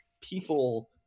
people